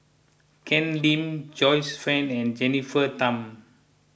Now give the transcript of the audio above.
Ken Lim Joyce Fan and Jennifer Tham